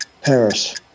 Paris